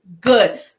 good